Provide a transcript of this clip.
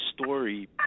story